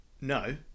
no